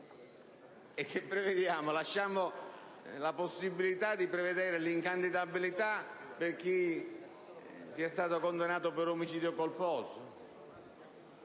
colposo: lasciamo la possibilità di prevedere l'incandidabilità per chi sia stato condannato per omicidio colposo?